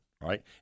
Right